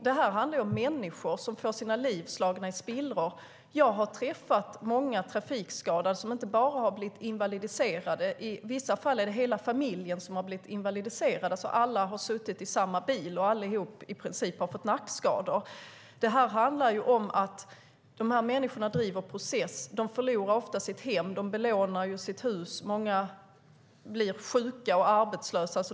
Det här handlar om människor som får sina liv slagna i spillror. Jag har träffat många trafikskadade där det inte bara är de som har blivit invalidiserade. I vissa fall har hela familjen blivit invalidiserad eftersom alla har suttit i samma bil, och i princip allihop har fått nackskador. De här människorna driver en process. De förlorar ofta sitt hem, de belånar sitt hus och många blir sjuka och arbetslösa.